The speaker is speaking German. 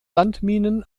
landminen